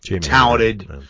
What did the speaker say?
talented